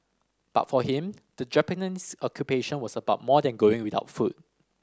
but for him the Japanese Occupation was about more than going without food